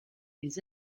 ils